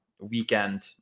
weekend